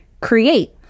create